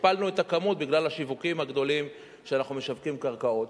הכפלנו את הסכום בגלל השיווקים הגדולים שאנחנו משווקים בקרקעות.